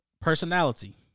personality